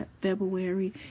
february